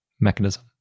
mechanism